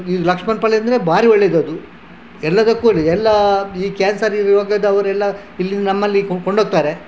ಈ ಲಕ್ಷಣ ಫಲ ಎಂದರೆ ಭಾರಿ ಒಳ್ಳೆದದು ಎಲ್ಲದಕ್ಕು ಒಳ್ಳೆದು ಎಲ್ಲ ಈ ಕ್ಯಾನ್ಸರ್ ಈ ರೋಗದವರೆಲ್ಲ ಇಲ್ಲಿ ನಮ್ಮಲ್ಲಿ ಕೊಂಡೋಗ್ತಾರೆ